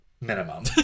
minimum